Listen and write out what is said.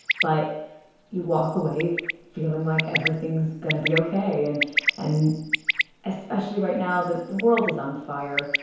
but you walk away feeling like everything's going to be ok. and and especially right now the the world is on fire,